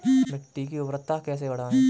मिट्टी की उर्वरता कैसे बढ़ाएँ?